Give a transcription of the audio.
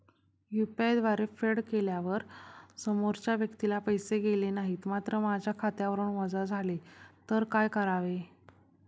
UPI द्वारे फेड केल्यावर समोरच्या व्यक्तीला पैसे गेले नाहीत मात्र माझ्या खात्यावरून वजा झाले तर काय करावे?